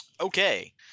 Okay